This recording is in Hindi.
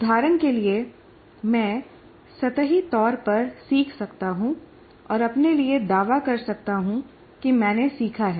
उदाहरण के लिए मैं सतही तौर पर सीख सकता हूं और अपने लिए दावा कर सकता हूं कि मैंने सीखा है